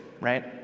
right—